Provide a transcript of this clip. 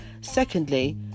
secondly